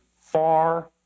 far